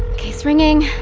okay, it's ringing,